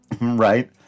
Right